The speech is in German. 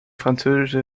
französische